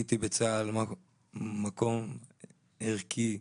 ראיתי בצה"ל מקום ערכי,